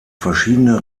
verschiedene